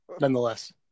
Nonetheless